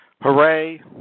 hooray